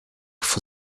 for